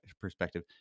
perspective